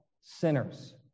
sinners